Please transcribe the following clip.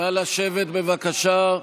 נא לשבת, בבקשה.